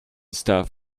stuff